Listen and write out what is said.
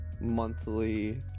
Monthly